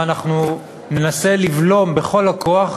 ואנחנו ננסה לבלום בכל הכוח